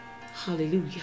Hallelujah